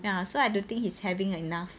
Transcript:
ya so I don't think he's having enough